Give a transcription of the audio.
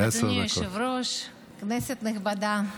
אדוני היושב-ראש, כנסת נכבדה,